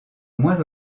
moins